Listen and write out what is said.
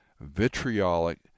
vitriolic